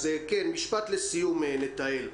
משפט לסיום, נטעאל.